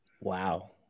Wow